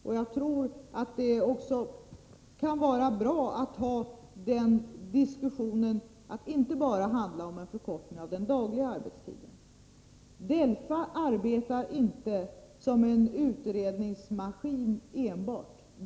Och jag tror att det också kan vara bra att diskussionen handlar inte bara om en förkortning av den dagliga arbetstiden. DELFA arbetar inte enbart som en utredningsmaskin.